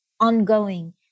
ongoing